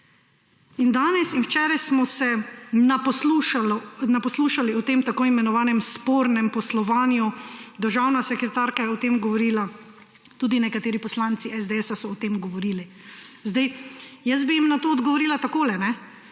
In danes in včeraj smo se naposlušali o tem tako imenovanem spornem poslovanju. Državna sekretarka je o tem govorila, tudi nekateri poslanci SDS so o tem govorili. Zdaj, jaz bi jim na to odgovorila takole, če